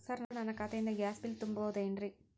Sir ನನ್ನ ಖಾತೆಯಿಂದ gas bill ತುಂಬಹುದೇನ್ರಿ?